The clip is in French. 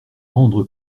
rendre